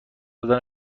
دادن